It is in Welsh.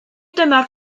dymor